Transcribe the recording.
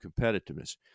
competitiveness